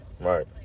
Right